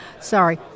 Sorry